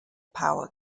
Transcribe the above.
power